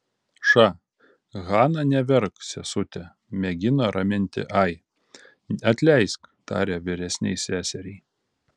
ša hana neverk sesute mėgino raminti ai atleisk tarė vyresnei seseriai